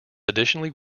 additionally